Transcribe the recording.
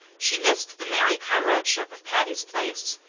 she missed the merry comradeship of patty's place.